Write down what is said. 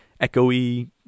echoey